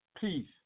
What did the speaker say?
peace